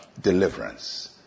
deliverance